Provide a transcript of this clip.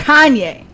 Kanye